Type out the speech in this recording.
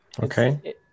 okay